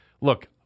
Look